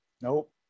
Nope